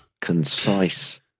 concise